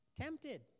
tempted